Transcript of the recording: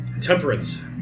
Temperance